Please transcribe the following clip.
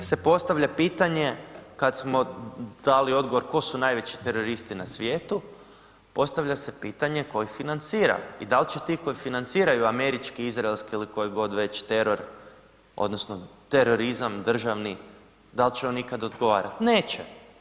I onda se postavlja pitanje kad smo dali odgovor tko su najveći teroristi na svijetu, postavlja se pitanje tko ih financira i da li će ti koji financiraju američki, izraelski ili koji god već teror odnosno terorizam državni, da li će oni ikad odgovarat, neće.